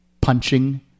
punching